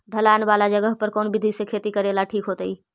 ढलान वाला जगह पर कौन विधी से खेती करेला ठिक होतइ?